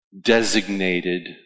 designated